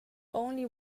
only